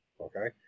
Okay